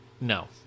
No